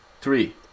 Three